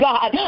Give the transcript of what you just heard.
God